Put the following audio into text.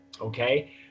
okay